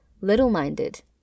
little-minded